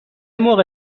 موقع